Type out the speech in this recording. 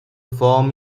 form